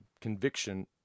conviction